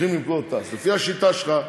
הולכים למכור את תע"ש, לפי השיטה שלך,